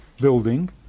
building